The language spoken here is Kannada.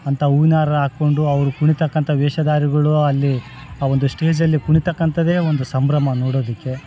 ಅಂಥ ಹೂವಿನಾರ ಹಾಕ್ಕೊಂಡು ಅವ್ರು ಕುಣಿತಕ್ಕಂಥ ವೇಷಧಾರಿಗಳು ಅಲ್ಲಿ ಆ ಒಂದು ಸ್ಟೇಜಲ್ಲಿ ಕುಣಿತಕ್ಕಂಥದ್ದೇ ಒಂದು ಸಂಭ್ರಮ ನೋಡೋದಕ್ಕೆ